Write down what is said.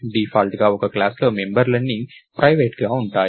డిఫాల్ట్గా ఒక క్లాస్ లో మెంబర్లన్నీ ప్రైవేట్గా ఉంటాయి